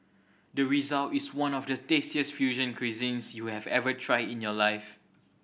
the result is one of the tastiest fusion cuisines you have ever tried in your life